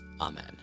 Amen